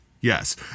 Yes